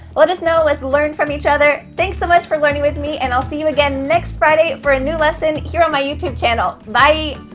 let us know. let's learn from each other. thanks so much for learning with me, and i'll see you again next friday for a new lesson here on my youtube channel. bye.